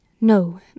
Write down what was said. No